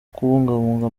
kubungabunga